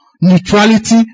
neutrality